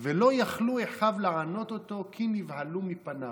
ולא יכלו אחיו לענות אתו כי נבהלו מפניו".